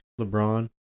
LeBron